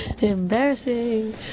Embarrassing